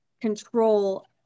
control